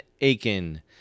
Aiken